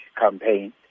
campaign